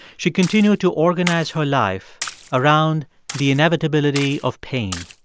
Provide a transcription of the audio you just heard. she continued to organize her life around the inevitability of pain.